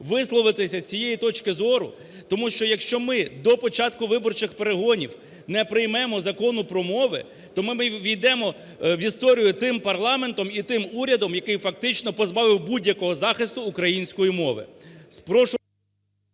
висловитися з цієї точки зору, тому що якщо ми до початку виборчих перегонів не приймемо Закону про мову, то ми ввійдемо в історію тим парламентом і тим урядом, який фактично позбавив будь-якого захисту української мови.